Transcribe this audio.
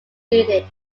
included